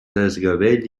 desgavell